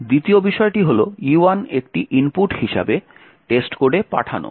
দ্বিতীয় বিষয়টি হল E1 একটি ইনপুট হিসাবে টেস্টকোডে পাঠানো